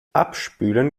abspülen